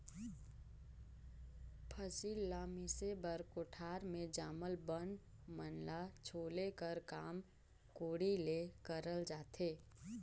फसिल ल मिसे बर कोठार मे जामल बन मन ल छोले कर काम कोड़ी ले करल जाथे